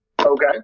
Okay